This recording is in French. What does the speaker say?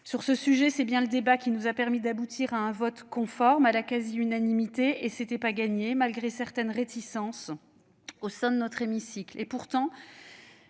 Sur ce sujet, c'est bien le débat qui nous a permis d'aboutir à un vote conforme à la quasi-unanimité, et ce n'était pas gagné au vu des réticences au sein de notre hémicycle. Pourtant,